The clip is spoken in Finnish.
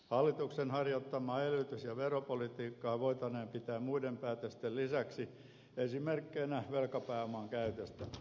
hallituksen harjoittamaa elvytys ja veropolitiikkaa voitaneen pitää muiden päätösten lisäksi esimerkkinä velkapääoman käytöstä